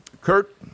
Kurt